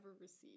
received